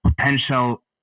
potential